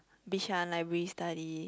Bishan like we study